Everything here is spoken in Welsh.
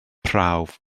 prawf